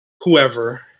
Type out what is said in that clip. Whoever